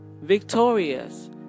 victorious